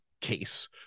case